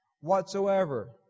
whatsoever